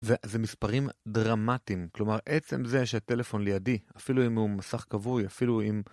זה מספרים דרמטיים, כלומר, עצם זה שטלפון לידי, אפילו אם הוא מסך כבוי, אפילו אם...